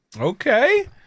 Okay